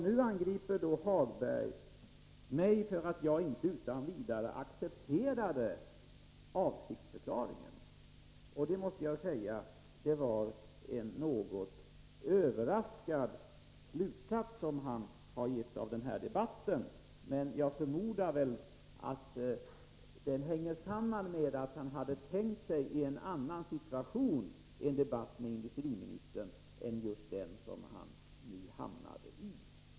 Nu angriper Hagberg mig för att jag inte utan vidare accepterade avsiktsförklaringen. Det är en något överraskande slutsats som han har dragit av denna debatt. Jag förmodar att den hänger samman med att han hade tänkt sig en annan situation i en debatt med industriministern än den som han nu har hamnat i.